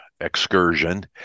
excursion